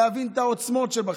להבין את העוצמות שבכם.